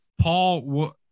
Paul